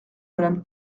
madame